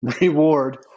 reward